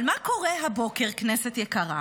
אבל מה קורה הבוקר, כנסת יקרה?